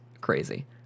crazy